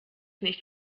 nicht